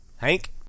Hank